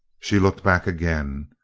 she looked back again.